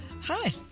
Hi